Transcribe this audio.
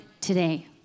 today